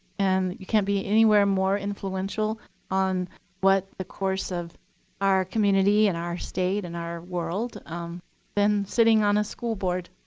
and you can't be anywhere more influential on what the course of our community and our state and our world than sitting on a school board.